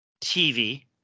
TV